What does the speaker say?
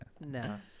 No